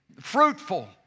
Fruitful